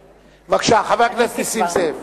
בבקשה, חבר הכנסת נסים זאב.